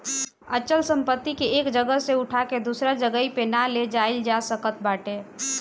अचल संपत्ति के एक जगह से उठा के दूसरा जगही पे ना ले जाईल जा सकत बाटे